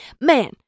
man